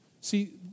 See